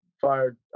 fired